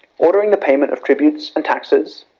ordering the payment of tributes and taxes,